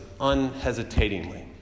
unhesitatingly